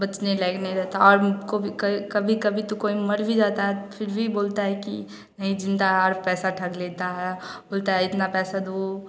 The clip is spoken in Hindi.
बटने लायक नहीं रहता और कोभी कभी कभी तो कोई मर भी जाता फ़िर भी बोलता है कि नहीं ज़िंदा और पैसा ठग लेता है बोलता है इतना पैसा दो